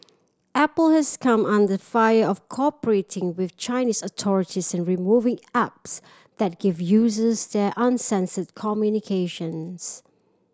Apple has come under fire of cooperating with Chinese authorities in removing apps that give users there uncensored communications